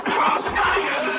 Crossfire